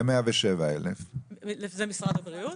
זה 107,000. זה משרד הבריאות.